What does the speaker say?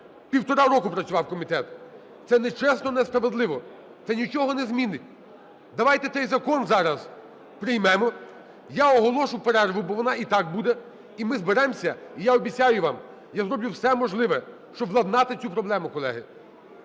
півтора року працював комітет. Це нечесно, несправедливо, це нічого не змінить. Давайте цей закон зараз приймемо, я оголошу перерву, бо вона і так буде, і ми зберемося, і я обіцяю вам, я зроблю все можливе, щоб владнати цю проблему, колеги.